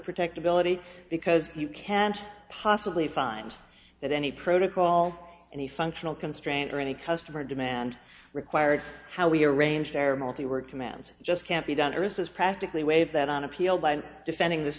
protect ability because you can't possibly find that any protocol any functional constraint or any customer demand required how we arrange their multi work commands just can't be done or is practically waive that on appeal by defending this